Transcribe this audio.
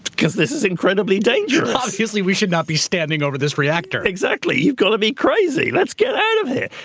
because this is incredibly dangerous. obviously, we should not be standing over this reactor. exactly. you've got to be crazy. let's get out of here.